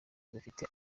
dufite